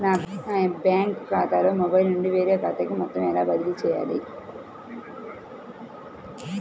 నా బ్యాంక్ ఖాతాలో మొబైల్ నుండి వేరే ఖాతాకి మొత్తం ఎలా బదిలీ చేయాలి?